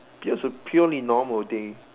that was a purely normal day